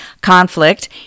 conflict